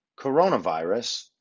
coronavirus